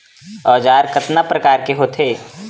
औजार कतना प्रकार के होथे?